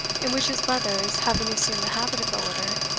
in which his brothers, having assumed the habit of the order,